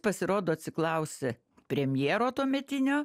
pasirodo atsiklausė premjero tuometinio